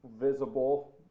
visible